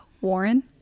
warren